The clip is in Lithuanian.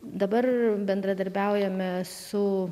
dabar bendradarbiaujame su